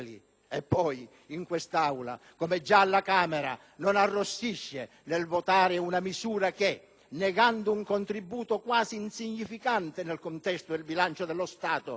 e poi in quest'Aula, come già alla Camera, non arrossisce nel votare una misura che, negando un contributo quasi insignificante nel contesto del bilancio dello Stato,